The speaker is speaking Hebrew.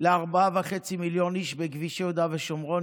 לארבעה וחצי מיליוני אנשים ביהודה ושומרון,